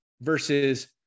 versus